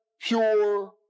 pure